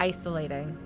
Isolating